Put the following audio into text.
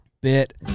bit